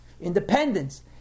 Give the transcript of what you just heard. independence